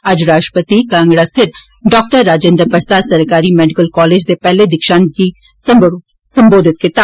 अज्ज राष्ट्रपति होर कांगड़ा स्थित डॉक्टर राजेन्द्र प्रसाद सरकारी मैडिकल कालेज दे पेहले दिक्षांत गी सम्बोधित कीता